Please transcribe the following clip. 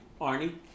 Arnie